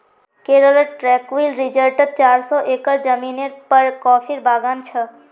केरलत ट्रैंक्विल रिज़ॉर्टत चार सौ एकड़ ज़मीनेर पर कॉफीर बागान छ